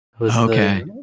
Okay